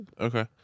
Okay